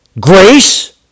Grace